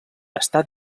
està